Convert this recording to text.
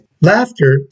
Laughter